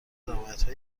روایتهای